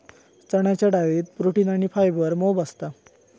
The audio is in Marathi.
चण्याच्या डाळीत प्रोटीन आणी फायबर मोप असता